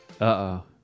Uh-oh